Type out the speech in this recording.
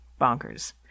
Bonkers